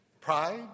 Pride